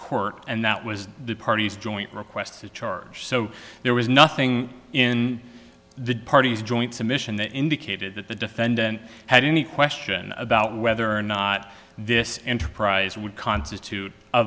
court and that was the parties joint request to charge so there was nothing in the parties joint submission that indicated that the defendant had any question about whether or not this enterprise would constitute a